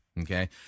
Okay